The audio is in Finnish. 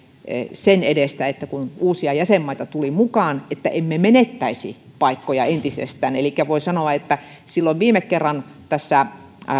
sen edestä kun uusia jäsenmaita tuli mukaan että emme menettäisi paikkoja entisestään elikkä voi sanoa että silloin viime kerralla tässä